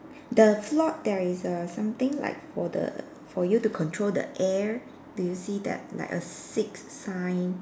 the float there is err something like for the for you to control the air do you see that like a six sign